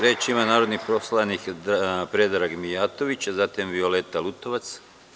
Reč ima narodni poslanik Predrag Mijatović, zatim Violeta Lutovac.